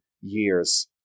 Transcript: years